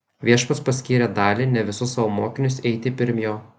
viešpats paskyrė dalį ne visus savo mokinius eiti pirm jo